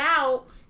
out